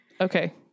okay